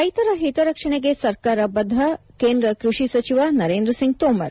ರೈತರ ಹಿತರಕ್ಷಣೆಗೆ ಸರ್ಕಾರ ಬದ್ದ ಕೇಂದ್ರ ಕೃಷಿ ಸಚಿವ ನರೇಂದ್ರ ಸಿಂಗ್ ತೋಮರ್